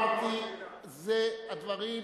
מה שאמרתי זה הדברים.